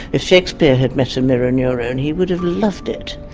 if shakespeare had met a mirror neuron he would have loved it.